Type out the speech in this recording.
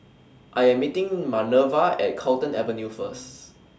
I Am meeting Manerva At Carlton Avenue First